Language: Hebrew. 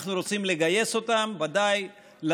אנחנו רוצים לגייס אותם, ודאי.